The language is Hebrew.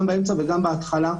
גם באמצע וגם בהתחלה,